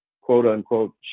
quote-unquote